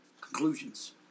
conclusions